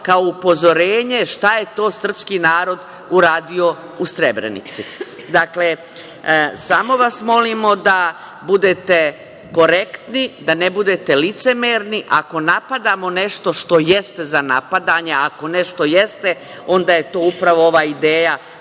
kao upozorenje šta je to srpski narod uradio u Srebrenici. Dakle, samo vas molimo da budete korektni, da ne budete licemerni. Ako napadamo nešto što jeste za napadanje, ako nešto jeste, onda je to upravo ova ideja